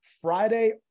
Friday